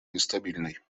нестабильной